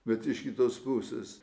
bet iš kitos pusės